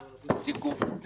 זה סתם.